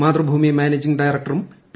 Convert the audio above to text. Mathrubhumi managing ഡയറക്ടറും P